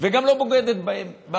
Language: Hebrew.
וגם לא בוגדת בהם.